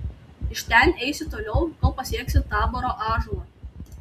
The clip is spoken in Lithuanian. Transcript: iš ten eisi toliau kol pasieksi taboro ąžuolą